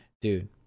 Dude